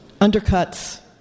undercuts